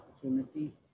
opportunity